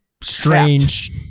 strange